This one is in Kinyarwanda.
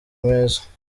meza